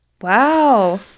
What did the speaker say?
Wow